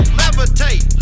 levitate